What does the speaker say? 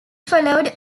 followed